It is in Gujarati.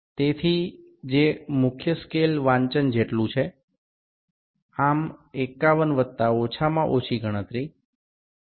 તેથી જે મુખ્ય સ્કેલ વાંચન જેટલું જ છે આમ 51 વત્તા ઓછામાં ઓછી ગણતરી 0